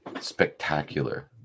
spectacular